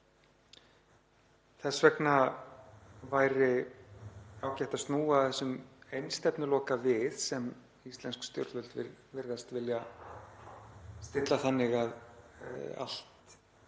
Þess vegna væri ágætt að snúa þessum einstefnuloka við sem íslensk stjórnvöld virðast vilja stilla þannig að allt